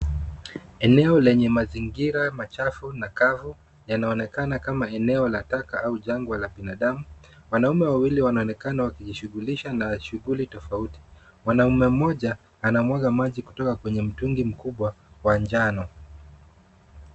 Eneo lenye mazingira machafu na kavu, yanaonekana kama eneo la taka au jangwa la binadamu. Wanaume wawili wanaonekana wakijishughulisha na shughuli tofauti. Mwanaume mmoja anamwaga maji kutoka kwenye mtungi mkubwa wa njano.